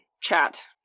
chat